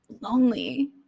lonely